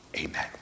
amen